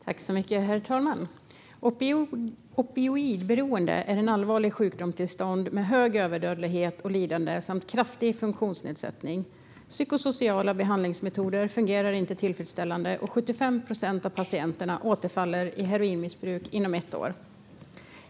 Herr talman! Opioidberoende är ett allvarligt sjukdomstillstånd med hög överdödlighet och lidande samt en kraftig funktionsnedsättning. Psykosociala behandlingsmetoder fungerar inte tillfredsställande, och 75 procent av patienterna återfaller i heroinmissbruk inom ett år.